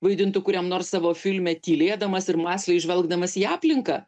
vaidintų kuriam nors savo filme tylėdamas ir mąsliai žvelgdamas į aplinką